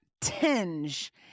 tinge